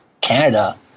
Canada